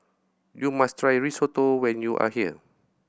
you must try Risotto when you are here